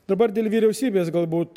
dabar dėl vyriausybės galbūt